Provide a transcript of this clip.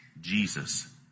Jesus